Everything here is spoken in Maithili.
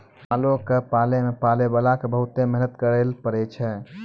मालो क पालै मे पालैबाला क बहुते मेहनत करैले पड़ै छै